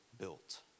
built